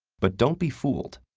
but don't be fooled.